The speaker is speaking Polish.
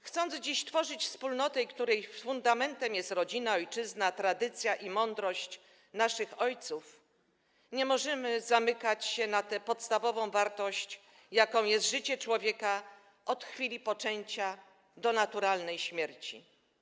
Chcąc dziś tworzyć wspólnotę, której fundamentem jest rodzina, ojczyzna, tradycja i mądrość naszych ojców, nie możemy zamykać się na tę podstawową wartość, jaką jest życie człowieka od chwili poczęcia do naturalnej śmierci.